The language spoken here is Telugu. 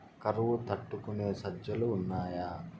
కరువు తట్టుకునే సజ్జలు ఉన్నాయా